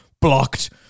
blocked